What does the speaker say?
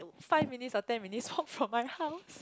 five minutes or ten minutes walk from my house